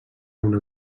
una